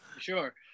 sure